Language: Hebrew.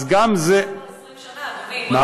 אז גם זה, ערים שלא קולטות 20 שנה, מה